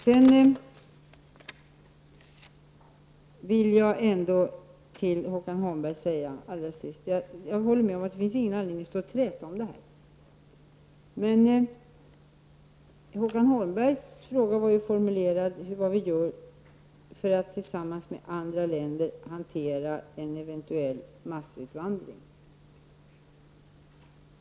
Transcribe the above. Jag håller med Håkan Holmberg om att det inte finns någon anledning att träta om detta. Men Håkan Holmbergs fråga var formulerad på sådant sätt att den gällde vad vi gör för att tillsammans med andra länder hantera en eventuell massutvandring.